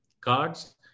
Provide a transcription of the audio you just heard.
cards